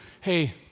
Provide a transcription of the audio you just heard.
hey